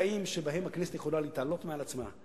שיש רגעים שבהם הכנסת יכולה להתעלות מעל עצמה,